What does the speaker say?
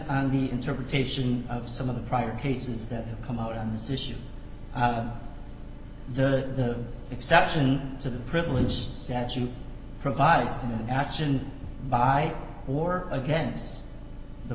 on the interpretation of some of the prior cases that come out on this issue the exception to the privilege statute provides action by or against the